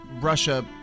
Russia